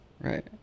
Right